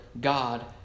God